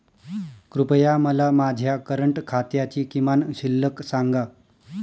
कृपया मला माझ्या करंट खात्याची किमान शिल्लक सांगा